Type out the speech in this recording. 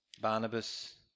Barnabas